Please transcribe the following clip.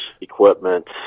equipment